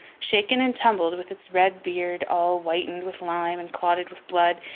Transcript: shaken and tumbled, with its red beard all whitened with lime and clotted with blood,